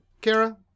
Kara